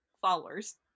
followers